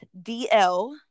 DL